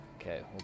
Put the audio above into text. Okay